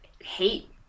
hate